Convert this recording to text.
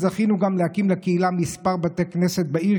זכינו גם להקים לקהילה כמה בתי כנסת בעיר,